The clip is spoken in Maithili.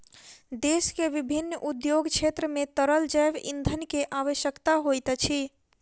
देश के विभिन्न उद्योग क्षेत्र मे तरल जैव ईंधन के आवश्यकता होइत अछि